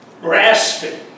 grasping